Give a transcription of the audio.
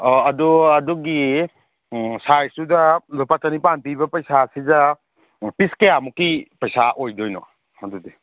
ꯑꯣ ꯑꯗꯣ ꯑꯗꯨꯒꯤ ꯁꯥꯏꯖꯇꯨꯗ ꯂꯨꯄꯥ ꯆꯅꯤꯄꯥꯟ ꯄꯤꯕ ꯄꯩꯁꯥꯁꯤꯗ ꯄꯤꯁ ꯀꯌꯥꯃꯨꯛꯀꯤ ꯄꯩꯁꯥ ꯑꯣꯏꯗꯣꯏꯅꯣ ꯑꯗꯨꯗꯤ